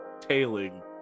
tailing